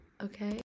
okay